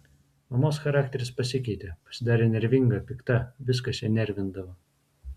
mamos charakteris pasikeitė pasidarė nervinga pikta viskas ją nervindavo